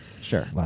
Sure